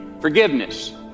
forgiveness